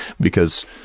because-